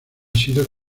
sido